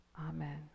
amen